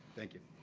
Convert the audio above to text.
thank you.